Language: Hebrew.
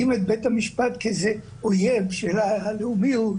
המשפט כאיזה שהוא אויב של הלאומיות,